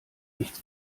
nichts